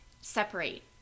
separate